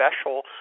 special